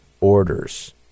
orders